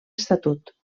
estatut